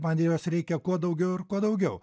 man jos reikia kuo daugiau ir kuo daugiau